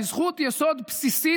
שהיא זכות יסוד בסיסית,